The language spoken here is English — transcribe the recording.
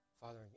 Father